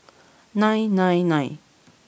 nine nine nine